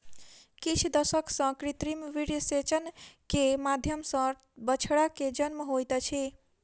किछ दशक सॅ कृत्रिम वीर्यसेचन के माध्यम सॅ बछड़ा के जन्म होइत अछि